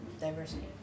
diversity